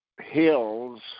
hills